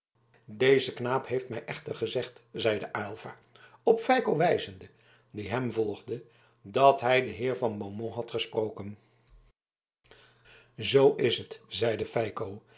deze knaap heeft mij echter gezegd zeide aylva op feiko wijzende die hem volgde dat hij den heer van beaumont had gesproken zoo is t zeide feiko